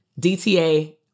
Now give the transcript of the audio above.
DTA